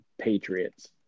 Patriots